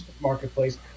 Marketplace